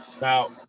Now